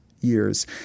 years